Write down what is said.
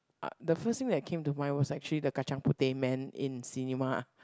ah the first thing that came to mind was actually the kacang-Puteh man in cinema